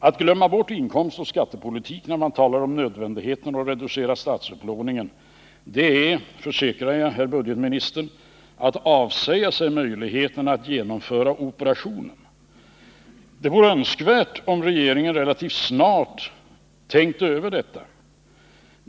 Att glömma bort inkomstoch skattepolitiken när man talar om nödvändigheten av att reducera statsupplåningen är — försäkrar jag, herr budgetminister — att avsäga sig möjligheten att genomföra operationer. Det vore önskvärt om regeringen relativt snart tänkte över detta.